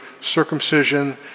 circumcision